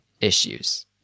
issues